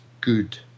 good